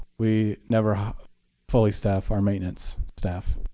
we never fully staff our maintenance staff.